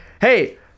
Hey